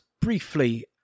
briefly